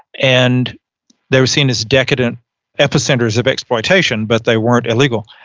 and they were seen as decadent epicenters of exploitation but they weren't illegal.